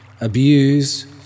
abuse